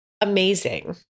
amazing